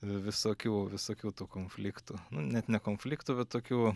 visokių visokių tų konfliktų net ne konfliktų bet tokių